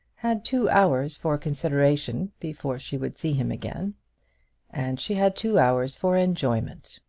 had two hours for consideration before she would see him again and she had two hours for enjoyment.